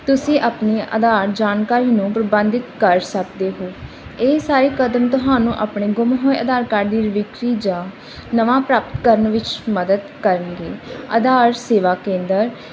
ਤੁਸੀਂ ਆਪਣੀ ਆਧਾਰ ਜਾਣਕਾਰੀ ਨੂੰ ਪ੍ਰਬੰਧਿਤ ਕਰ ਸਕਦੇ ਹੋ ਇਹ ਸਾਰੇ ਕਦਮ ਤੁਹਾਨੂੰ ਆਪਣੇ ਗੁੰਮ ਹੋਏ ਆਧਾਰ ਕਾਰਡ ਦੀ ਵਿਕਰੀ ਜਾਂ ਨਵਾਂ ਪ੍ਰਾਪਤ ਕਰਨ ਵਿੱਚ ਮਦਦ ਕਰਨਗੇ ਆਧਾਰ ਸੇਵਾ ਕੇਂਦਰ